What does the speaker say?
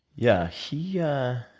yeah. he yeah.